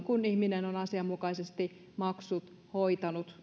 kun ihminen on asianmukaisesti maksut hoitanut